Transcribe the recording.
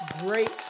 great